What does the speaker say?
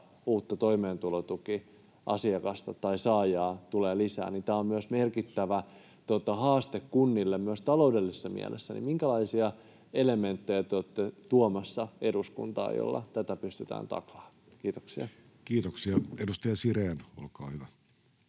uutta toimeentulotukiasiakasta tai -saajaa tulee lisää, eli tämä on merkittävä haaste kunnille myös taloudellisessa mielessä. Minkälaisia elementtejä, joilla tätä pystytään takaamaan, te olette tuomassa eduskuntaan? — Kiitoksia. Kiitoksia. — Edustaja Sirén taitaa olla